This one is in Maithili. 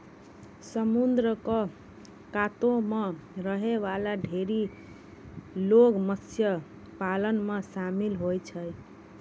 समुद्र क कातो म रहै वाला ढेरी लोग मत्स्य पालन म शामिल होय छै